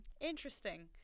Interesting